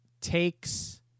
takes